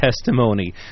testimony